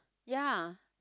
ya